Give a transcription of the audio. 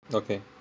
okay